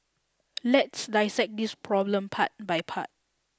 let's dissect this problem part by part